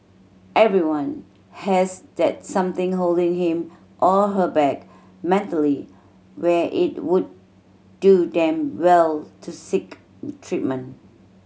everyone has that something holding him or her back mentally where it would do them well to seek treatment